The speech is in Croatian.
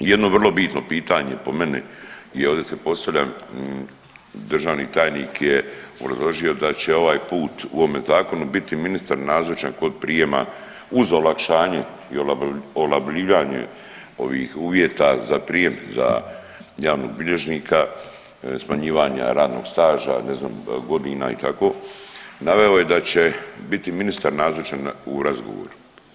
I jedno vrlo bitno pitanje po meni i ovdje se postavlja državni tajnik je obrazložio da će ovaj put u ovome zakonu biti ministar nazočan kod prijema uz olakšanje i olabavljivanje ovih uvjeta za prijem za javnog bilježnika, smanjivanja radnog staža ne znam godina i tako, naveo da će biti ministar nazočan u razgovoru.